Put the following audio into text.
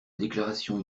déclaration